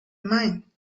mine